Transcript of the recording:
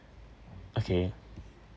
okay